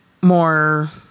more